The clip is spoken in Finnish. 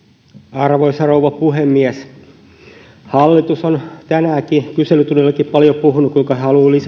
arvoisa rouva puhemies hallitus on tänäänkin kyselytunnilla paljon puhunut kuinka he haluavat lisätä